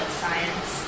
science